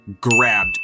Grabbed